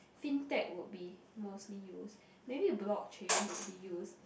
fintech would be mostly used maybe blockchain would be used